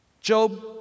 Job